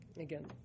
again